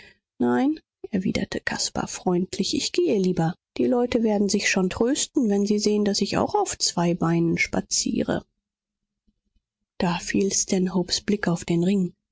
nein erwiderte caspar freundlich ich gehe lieber die leute werden sich schon trösten wenn sie sehen daß ich auch auf zwei beinen spaziere da fiel stanhopes blick auf den ring